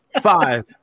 five